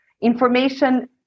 Information